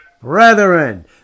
brethren